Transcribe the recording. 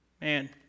man